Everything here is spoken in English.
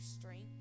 strength